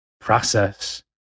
process